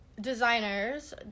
designers